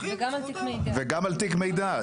וגם על תיק מידע.